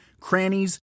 crannies